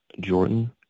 Jordan